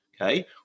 okay